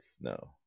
no